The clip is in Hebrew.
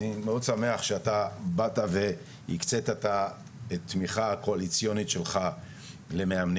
אני מאוד שמח שאתה באת והקצית את התמיכה הקואליציונית שלך למאמנים,